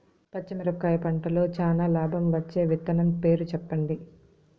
పచ్చిమిరపకాయ పంటలో చానా లాభం వచ్చే విత్తనం పేరు చెప్పండి?